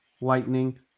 lightning